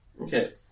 Okay